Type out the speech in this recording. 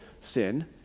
sin